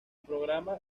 programa